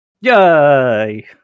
Yay